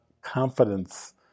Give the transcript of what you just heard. confidence